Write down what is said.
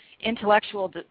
intellectual